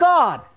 God